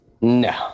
No